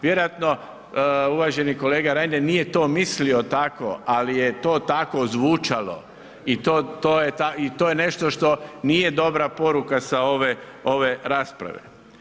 Vjerojatno uvaženi kolega Reiner nije to mislio tako, ali je to tako zvučalo i to je nešto što nije dobra poruka sa ove rasprave.